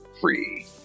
free